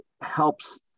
helps